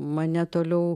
mane toliau